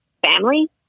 Family